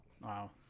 wow